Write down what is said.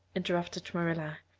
interrupted marilla.